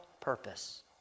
purpose